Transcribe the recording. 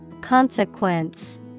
Consequence